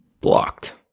Blocked